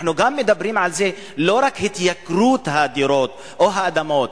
גם מדברים לא רק על התייקרות הדירות או האדמות,